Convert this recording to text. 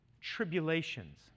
tribulations